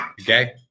Okay